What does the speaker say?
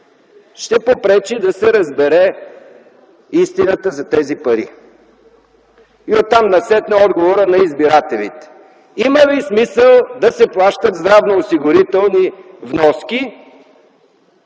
ще попречи да се разбере истината за тези пари? Оттам насетне отговорът е на избирателите – има ли смисъл да се плащат здравноосигурителни вноски